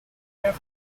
draft